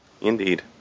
Indeed